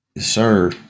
Sir